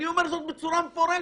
אני אומר זאת בצורה מפורשת.